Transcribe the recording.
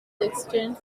extend